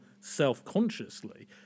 self-consciously